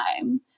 time